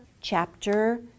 chapter